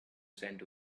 scent